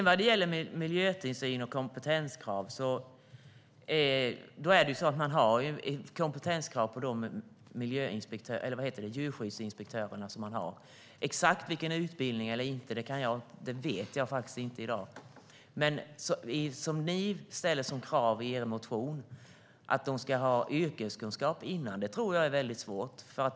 Vad gäller miljötillsyn och kompetenskrav finns det kompetenskrav på djurskyddsinspektörerna. Exakt vilken utbildning de har vet jag faktiskt inte i dag. Men att ställa krav, som ni gör i er motion, att de ska ha yrkeskunskap innan tror jag är väldigt svårt.